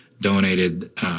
donated